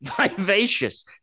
vivacious